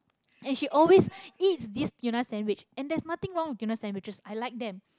and she always eats this tuna sandwich and there's nothing wrong with tuna sandwiches I like them